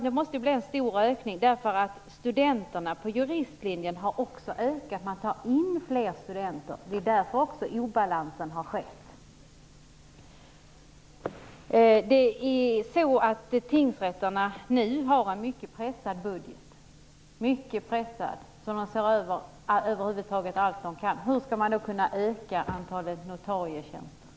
Det måste bli en stor ökning, eftersom antalet studenter på juristlinjen har ökat. Man tar in fler studenter, och det är också därför som obalansen har uppkommit. Tingsrätterna har nu en mycket pressad budget. De ser över allt de över huvud taget kan. Hur skall de kunna öka antalet notarietjänster?